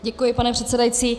Děkuji, pane předsedající.